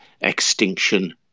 Extinction